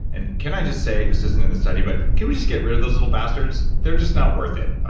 and can i just say. this isn't in the study but can we just get rid of those little bastards? they're just not worth it. all